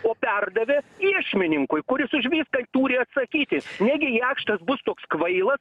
o perdavė iešmininkui kuris už viską turi atsakyti negi jakštas bus toks kvailas